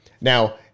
Now